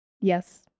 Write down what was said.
Yes